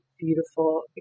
beautiful